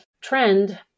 trend